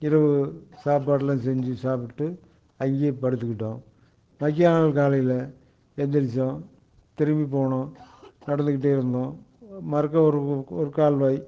இரவு சாப்பாடெலாம் செஞ்சு சாப்பிட்டு அங்கேயே படுத்துகிட்டோம் மக்கை நாள் காலையில் எழுந்திரிச்சோம் திரும்பி போனோம் நடந்துக்கிட்டே இருந்தோம் மறுக்க ஒரு ஒரு கால்வாய்